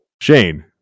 Shane